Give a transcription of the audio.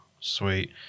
Sweet